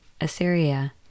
Assyria